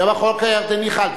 שם החוק הירדני חל.